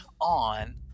on